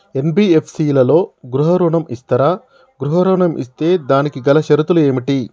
NBFC లలో గృహ ఋణం ఇస్తరా? గృహ ఋణం ఇస్తే దానికి గల షరతులు ఏమిటి?